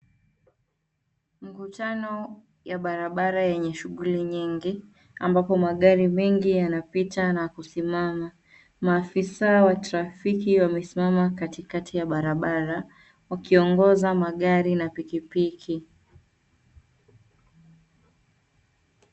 Mkutano ya barabara yenye shughuli nyingi ambapo magari mengi yanapita na kusimama. Maafisaa wa trafiki wamesimama katikati ya barabara wakiongoza magari na pikipiki.